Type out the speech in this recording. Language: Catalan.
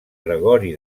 gregori